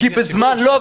לא,